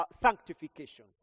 sanctification